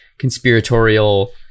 conspiratorial